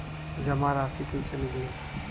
जमा राशि कइसे निकली?